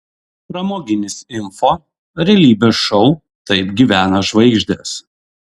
pramoginis info realybės šou taip gyvena žvaigždės